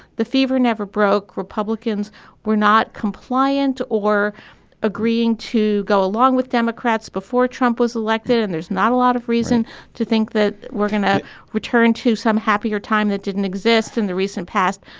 the fever never broke republicans were not compliant or agreeing to go along with democrats before trump was elected and there's not a lot of reason to think that we're going to return to some happier time that didn't exist in the recent past.